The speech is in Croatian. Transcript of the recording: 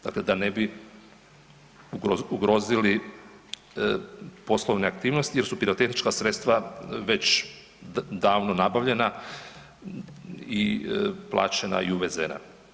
Dakle, da ne bi ugrozili poslovne aktivnosti jer su pirotehnička sredstva već davno nabavljena i plaćena i uvezena.